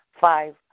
five